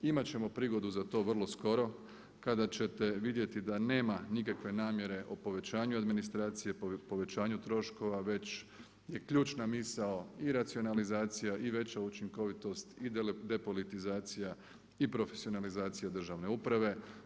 Imati ćemo prigodu za to vrlo skoro kada ćete vidjeti da nema nikakve namjere o povećanju administracije, povećanju troškova već je ključna misao i racionalizacija i veća učinkovitost i depolitizacija i profesionalizacija državne uprave.